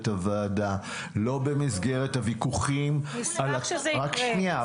הוועדה ולא במסגרת הוויכוחים --- נשמח שזה יקרה.